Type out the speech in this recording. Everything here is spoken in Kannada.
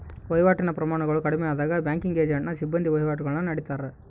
ವಹಿವಾಟಿನ ಪ್ರಮಾಣಗಳು ಕಡಿಮೆಯಾದಾಗ ಬ್ಯಾಂಕಿಂಗ್ ಏಜೆಂಟ್ನ ಸಿಬ್ಬಂದಿ ವಹಿವಾಟುಗುಳ್ನ ನಡತ್ತಾರ